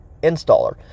installer